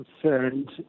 concerned